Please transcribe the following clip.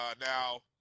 Now